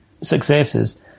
successes